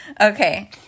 Okay